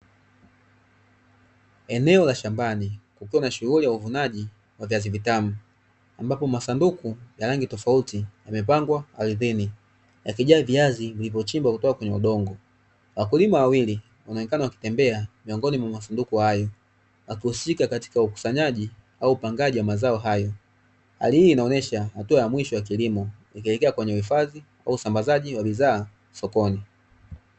Eneo la shambani ambako kuna shughuli ya uvunaji wa viazi vitamu, ambapo masanduku ya rangi tofauti, wamepangwa ardhini ya kijani, viazi vilivyochimbwa kutoka kwenye udongo, wakulima wawili inaonekana wakitembea miongoni mwa masanduku hayo husika katika ukusanyaji au upangaji wa mazao hayo hali hii inaonyesha hatua ya mwisho ya kilimo ikizingatia kwenye uhifadhi au usambazaji wa bidhaa.